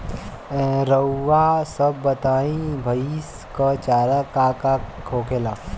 रउआ सभ बताई भईस क चारा का का होखेला?